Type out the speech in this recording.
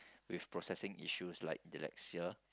with processing issues like dyslexia